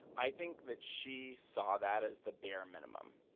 i think that she saw that as the bare minimum.